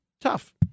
Tough